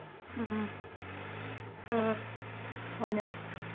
ꯎꯝ ꯎꯝ ꯎꯝ ꯍꯣꯏꯅꯦ